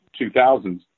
2000s